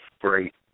great